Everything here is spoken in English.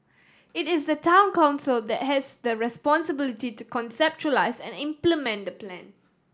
it is the Town Council that has the responsibility to conceptualise and implement the plan